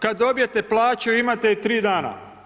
Kad dobijete plaću, imate ju tri dana.